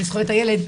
לזכויות הילד,